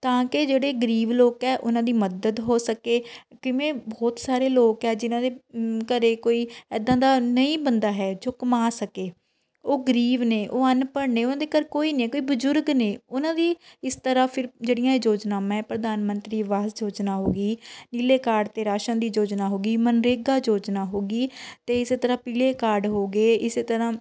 ਤਾਂ ਕਿ ਜਿਹੜੇ ਗਰੀਬ ਲੋਕ ਹੈ ਉਹਨਾਂ ਦੀ ਮਦਦ ਹੋ ਸਕੇ ਕਿਵੇਂ ਬਹੁਤ ਸਾਰੇ ਲੋਕ ਹੈ ਜਿਨ੍ਹਾਂ ਦੇ ਘਰ ਕੋਈ ਇੱਦਾਂ ਦਾ ਨਹੀਂ ਬੰਦਾ ਹੈ ਜੋ ਕਮਾ ਸਕੇ ਉਹ ਗਰੀਬ ਨੇ ਉਹ ਅਨਪੜ੍ਹ ਨੇ ਉਹਨਾਂ ਦੇ ਘਰ ਕੋਈ ਨਹੀਂ ਕੋਈ ਬਜ਼ੁਰਗ ਨੇ ਉਹਨਾਂ ਦੀ ਇਸ ਤਰ੍ਹਾਂ ਫਿਰ ਜਿਹੜੀਆਂ ਇਹ ਯੋਜਨਾਵਾਂ ਪ੍ਰਧਾਨ ਮੰਤਰੀ ਅਵਾਸ ਯੋਜਨਾ ਹੋ ਗਈ ਨੀਲੇ ਕਾਰਡ ਅਤੇ ਰਾਸ਼ਨ ਦੀ ਯੋਜਨਾ ਹੋ ਗਈ ਮਨਰੇਗਾ ਯੋਜਨਾ ਹੋ ਗਈ ਅਤੇ ਇਸੇ ਤਰ੍ਹਾਂ ਪੀਲੇ ਕਾਰਡ ਹੋ ਗਏ ਇਸੇ ਤਰ੍ਹਾਂ